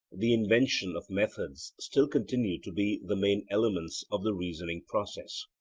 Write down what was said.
the invention of methods still continue to be the main elements of the reasoning process.